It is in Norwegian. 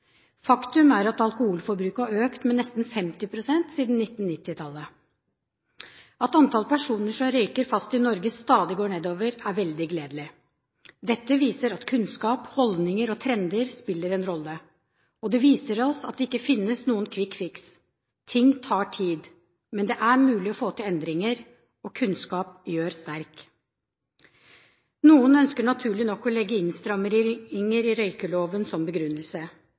er at alkoholforbruket har økt med nesten 50 pst. siden 1990-tallet. At antallet personer som røyker fast i Norge, stadig går nedover, er veldig gledelig. Dette viser at kunnskap, holdninger og trender spiller en rolle, og det viser oss at det ikke finnes noen «quick fix». Ting tar tid, men det er mulig å få til endringer, og kunnskap gjør sterk. Noen ønsker naturlig nok å legge innstramminger i røykeloven som